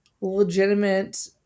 legitimate